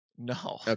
No